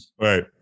Right